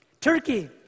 Turkey